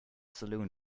saloon